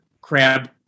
crab